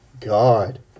God